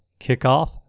kickoff